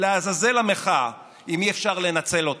לעזאזל המחאה אם אי-אפשר לנצל אותה.